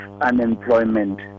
unemployment